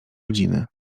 rodziny